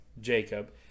jacob